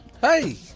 hey